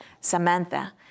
Samantha